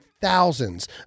thousands